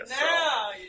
Now